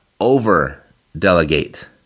over-delegate